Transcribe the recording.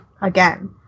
again